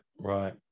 Right